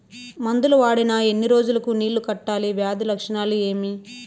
మందులు వాడిన ఎన్ని రోజులు కు నీళ్ళు కట్టాలి, వ్యాధి లక్షణాలు ఏమి?